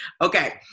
Okay